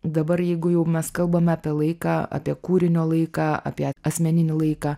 dabar jeigu jau mes kalbame apie laiką apie kūrinio laiką apie asmeninį laiką